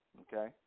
okay